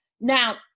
Now